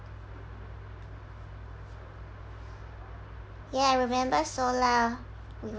ya I remember solar we